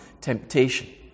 temptation